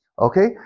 Okay